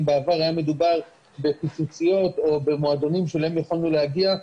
אם בעבר היה מדובר בפיצוציות או במועדונים שאליהם יכולנו להגיע,